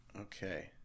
okay